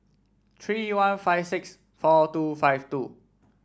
three one five six four two five two